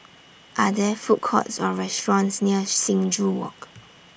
Are There Food Courts Or restaurants near Sing Joo Walk